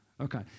Okay